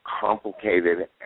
complicated